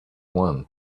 one